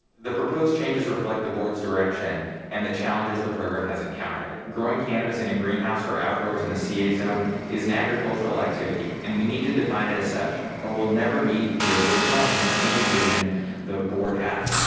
the proposed changes reflect the board's direction and the challenges the program has encountered. growing cannabis in a greenhouse or outdoors in the ca zone is an agricultural activity and we need to define it as such, or we'll never meet the original and continued vision the board has.